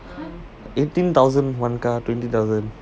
eighteen thousand one car twenty thousand